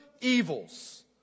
evils